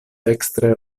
dekstre